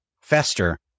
fester